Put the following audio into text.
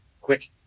quick